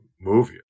movie